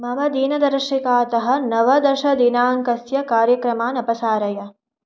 मम दिनदर्शिकातः नवदशदिनाङ्कस्य कार्यक्रमान् अपसारय